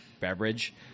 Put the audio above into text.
beverage